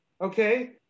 okay